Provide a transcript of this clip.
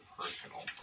personal